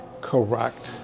correct